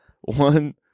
One